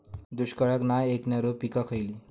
दुष्काळाक नाय ऐकणार्यो पीका खयली?